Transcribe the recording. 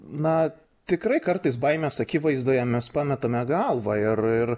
na tikrai kartais baimės akivaizdoje mes pametame galvą ir ir